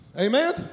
Amen